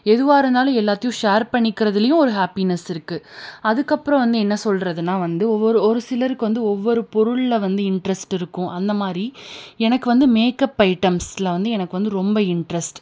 எதுவாக இருந்தாலும் எல்லாத்தையும் ஷேர் பண்ணிக்கிறதுலேயும் ஒரு ஹாப்பினஸ் இருக்குது அதுக்கு அப்புறம் வந்து என்ன சொல்கிறதுன்னா வந்து ஒரு ஒரு சிலருக்கு வந்து ஒவ்வொரு பொருளில் வந்து இன்ட்ரஸ்ட் இருக்கும் அந்தமாதிரி எனக்கு வந்து மேக்கப் ஐட்டம்ஸில் வந்து எனக்கு வந்து ரொம்ப இன்ட்ரஸ்ட்